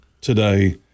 today